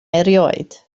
erioed